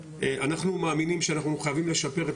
אנחנו מאמינים שאנחנו חייבים לשפר את